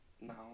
no